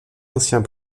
anciens